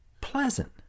Pleasant